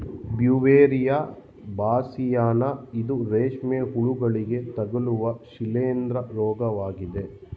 Beauveria bassiana ಇದು ರೇಷ್ಮೆ ಹುಳುಗಳಿಗೆ ತಗಲುವ ಶಿಲೀಂದ್ರ ರೋಗವಾಗಿದೆ